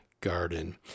garden